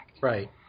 Right